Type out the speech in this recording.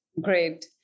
Great